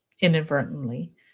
inadvertently